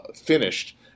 finished